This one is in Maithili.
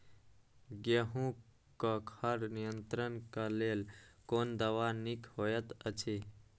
गेहूँ क खर नियंत्रण क लेल कोन दवा निक होयत अछि?